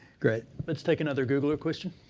great. let's take another googler question.